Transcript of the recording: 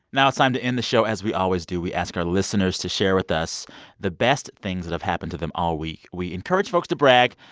now it's time to end the show as we always do. we ask our listeners to share with us the best things that have happened to them all week. we encourage folks to brag.